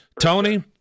Tony